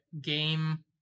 game